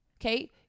okay